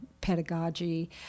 pedagogy